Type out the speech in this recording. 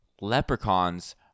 Leprechauns